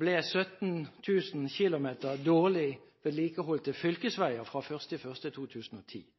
ble 17 000 km dårlig vedlikeholdte fylkesveier fra 1. januar 2010. Til